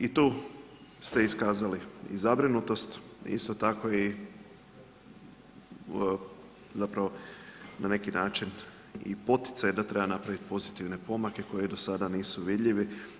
I tu ste iskazali i zabrinutost, isto tako i zapravo na neki način i poticaj da treba napraviti pozitivne pomake koje do sada nisu vidljivi.